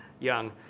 Young